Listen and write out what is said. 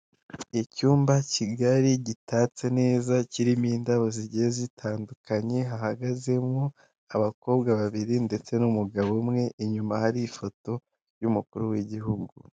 Icyumba kigari gitatse neza, kirimo indabo zigiye zitandukanye, hahagazemo abakobwa babiri ndetse n'umugabo umwe, inyuma hari ifoto y'umukuru w'igihugu.